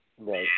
Right